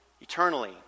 eternally